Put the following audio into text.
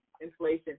inflation